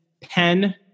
pen